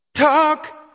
Talk